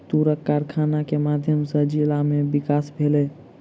तूरक कारखाना के माध्यम सॅ जिला में विकास भेलै